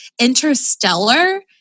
interstellar